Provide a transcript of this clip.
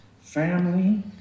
family